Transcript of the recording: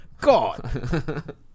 God